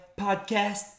Podcast